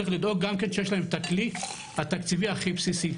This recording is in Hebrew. צריך לדאוג שיש להן את הכלי התקציבי הבסיסי.